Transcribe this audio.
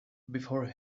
before